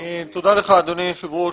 אדוני היושב-ראש.